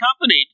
accompanied